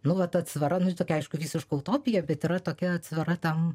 nu vat atsvara nu ji tokia aišku visiška utopija bet yra tokia atsvara tam